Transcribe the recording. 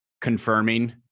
confirming